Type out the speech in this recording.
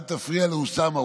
אל תפריע לאוסאמה,